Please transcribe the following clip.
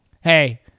hey